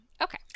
Okay